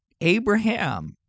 Abraham